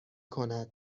کند